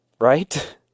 right